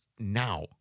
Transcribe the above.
now